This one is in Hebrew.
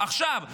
עכשיו, עכשיו.